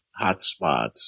hotspots